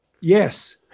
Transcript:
Yes